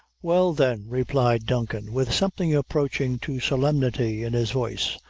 well, then, replied duncan, with something approaching to solemnity in his voice,